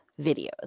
videos